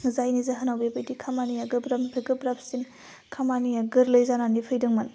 जायनि जाहोनाव बेबायदि खामानिया गोब्राबनिफ्राय गोब्राबसिन खामानिया गोरलै जानानै फैदोंमोन